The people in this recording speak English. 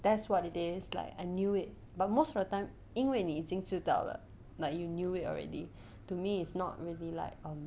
that's what it is like I knew it but most of the time 因为你已经知道了 like you knew it already to me is not really like um